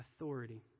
authority